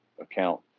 account